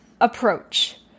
approach